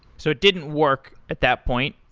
so it didn't work at that point.